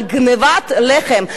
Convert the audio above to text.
על גנבת לחם.